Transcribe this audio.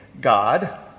God